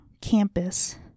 campus